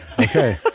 Okay